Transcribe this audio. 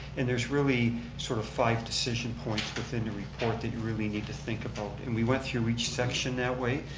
and there's really sort of five decision points within a report that you really need to think about. and we went through each section that way,